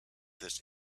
this